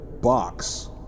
box